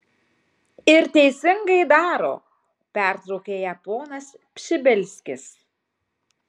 ir teisingai daro pertraukė ją ponas pšibilskis